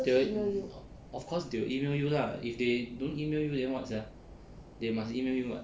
they will of course they will email you lah if they don't email you then what sia they must email you [what]